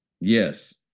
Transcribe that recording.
Yes